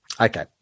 Okay